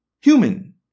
human